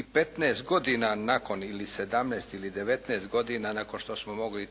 I 15 godina nakon, ili 17, ili 19 godina nakon što smo mogli